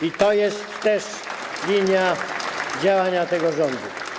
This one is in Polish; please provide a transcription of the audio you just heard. I to jest też linia działania tego rządu.